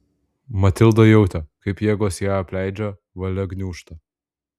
matilda jautė kaip jėgos ją apleidžia valia gniūžta